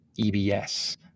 EBS